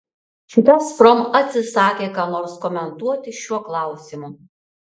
gazprom atsisakė ką nors komentuoti šiuo klausimu